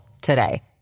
today